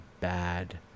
bad